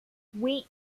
oui